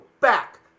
back